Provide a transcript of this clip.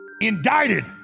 indicted